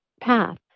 path